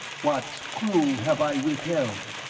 what clue have i withheld?